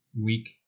Week